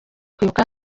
kwibuka